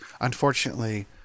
unfortunately